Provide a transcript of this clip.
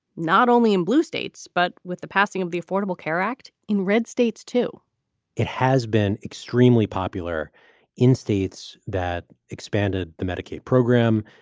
not only in blue states, but with the passing of the affordable care act in red states, too it has been extremely popular in states that expanded the medicaid program.